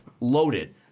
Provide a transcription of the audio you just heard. loaded